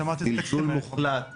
כזלזול מוחלט במיעוט,